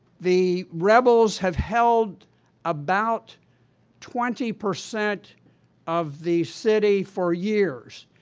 the rebels have held about twenty percent of the city for years.